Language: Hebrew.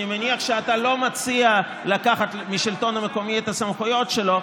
אני מניח שאתה לא מציע לקחת מהשלטון המקומי את הסמכויות שלו,